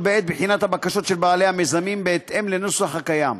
בעת בחינת הבקשות של בעלי המיזמים בהתאם לנוסח הקיים.